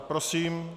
Prosím.